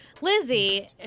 Lizzie